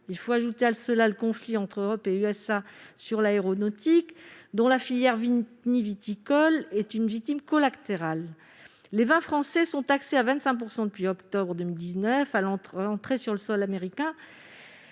Il faut ajouter à cela le conflit entre l'Europe et les USA sur l'aéronautique, dont la filière vitivinicole est une victime collatérale. Les vins français sont taxés à 25 % depuis octobre 2019 à leur entrée sur le sol américain,